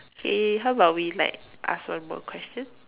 K how about we like ask one more question